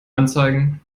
anzeigen